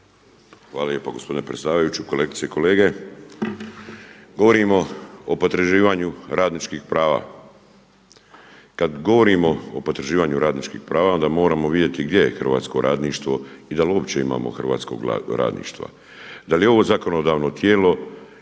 Hvala lijepa gospodine predsjedavajući, kolegice i kolege. Govorimo o potraživanju radničkih prava. Kada govorimo o potraživanju radničkih prava onda moramo vidjeti gdje je hrvatsko radništvo i da li uopće imamo hrvatskog radništva. Da li je ovo zakonodavno tijelo